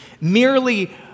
merely